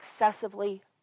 excessively